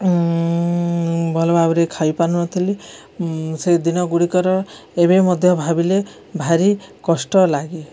ଭଲ ଭାବରେ ଖାଇପାରୁନଥିଲି ସେଦିନ ଗୁଡ଼ିକର ଏବେ ମଧ୍ୟ ଭାବିଲେ ଭାରି କଷ୍ଟ ଲାଗେ